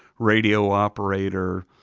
radio operator,